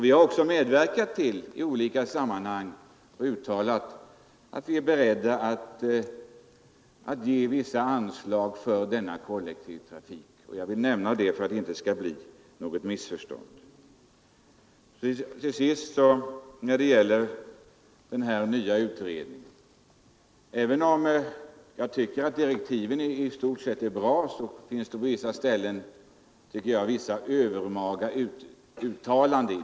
Vi har också i olika sammanhang uttalat att vi är beredda att ge vissa anslag för denna kollektiva trafik. Jag Nr 126 vill nämna det för att det inte skall uppstå några missförstånd. Onsdagen den Även om jag i stort sett tycker att direktiven för den nya utredningen 29 november 1972 är bra görs där vissa övermaga uttalanden.